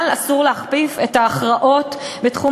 אבל אסור להכפיף את ההכרעות בתחום